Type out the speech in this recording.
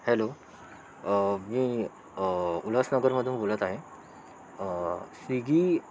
hello मी उल्हासनगर मधून बोलत आहे स्विगी